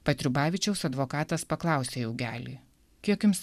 patriubavičiaus advokatas paklausė jaugelį kiek jums